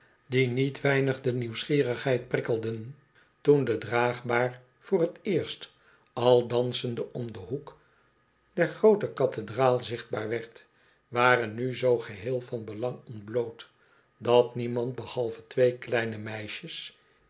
die niet weinig de nieuwsgierigheid prikkelden toen de draagbaar voor t eerst al dansende om den hoek der groote cathedraal zichtbaar werd waren nu zoo geheel van belang ontbloot dat niemand behalve twee kleine meisjes